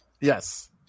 Yes